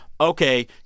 Okay